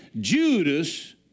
Judas